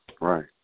Right